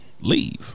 leave